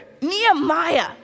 Nehemiah